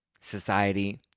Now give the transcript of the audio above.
society